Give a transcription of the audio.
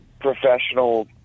professional